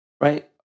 right